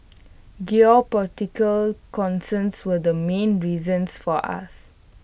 geopolitical concerns were the main reasons for us